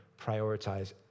prioritize